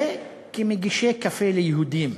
וכמגישי קפה ליהודים.